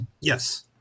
Yes